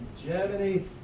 Germany